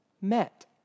met